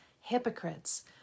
hypocrites